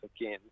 again